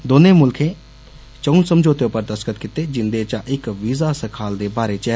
दौनें मुल्खें चौं समझौतें पर दस्तख्त कीते जिन्दे चा इक वीजा सखाल दे बारै च ऐ